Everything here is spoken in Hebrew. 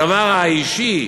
הדבר האישי,